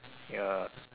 ya